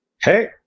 Hey